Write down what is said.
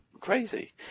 crazy